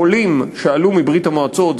העולים שעלו מברית-המועצות,